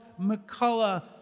McCullough